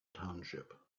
township